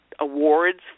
awards